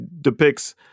depicts